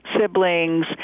siblings